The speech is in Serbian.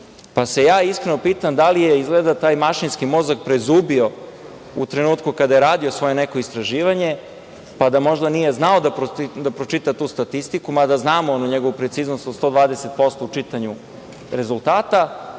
pa se ja iskreno pitam da li je izgleda taj mašinski mozak prezubio u trenutku kada je radio svoje neko istraživanje, pa da možda nije znao da pročita tu statistiku, mada znamo onu njegovu preciznost od 120% u čitanju rezultata,